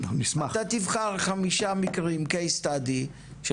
אתה תבחר חמישה מקרים של case study של